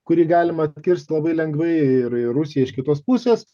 kurį galima atkirst labai lengvai ir ir rusija iš kitos pusės